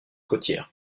côtière